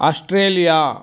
Australia